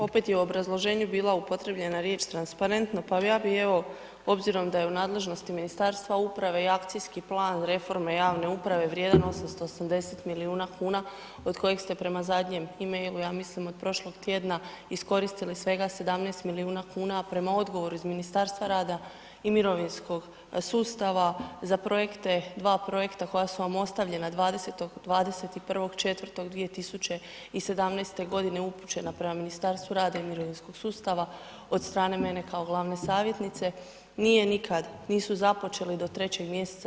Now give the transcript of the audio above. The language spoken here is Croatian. Opet je u obrazloženju bila upotrjebljena riječ transparentno, pa bi ja bi evo, obzirom da je u nadležnosti Ministarstva uprave i akcijski plan reforme javne uprave, vrijedan 880 milijuna kuna, od kojih ste prema zadnjem e-mailu, ja mislim od prošlog tjedna, iskoristili svega 17 milijuna kuna, a prema odgovoru iz Ministarstva rada i mirovinskog sustava, za projekte, dva projekta koja su vam ostavljena 21.04.2017. godine, upućena prema Ministarstvu rada i mirovinskog sustava od strane mene kao glavne savjetnice, nije nikad, nisu započeli do 3. mj.